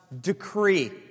decree